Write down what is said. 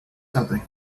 something